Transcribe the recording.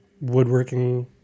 woodworking